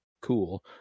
cool